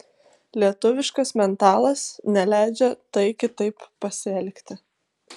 lietuviškas mentalas neleidžia tai kitaip pasielgti